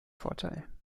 vorteil